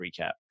recap